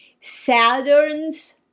Saturn's